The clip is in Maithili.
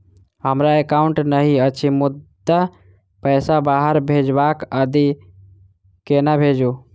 हमरा एकाउन्ट नहि अछि मुदा पैसा बाहर भेजबाक आदि केना भेजू?